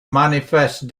manifest